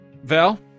Val